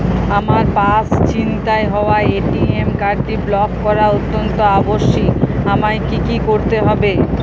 আমার পার্স ছিনতাই হওয়ায় এ.টি.এম কার্ডটি ব্লক করা অত্যন্ত আবশ্যিক আমায় কী কী করতে হবে?